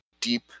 deep